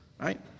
Right